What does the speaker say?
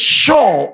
show